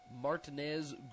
Martinez